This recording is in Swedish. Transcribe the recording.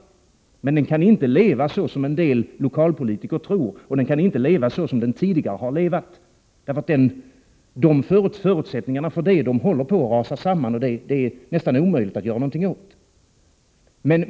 Men den kan inte leva så som en del lokalpolitiker tror, och den kan inte leva så som den tidigare har levat. Förutsättningarna för det håller på att rasa samman, och det är det nästan omöjligt att göra någonting åt.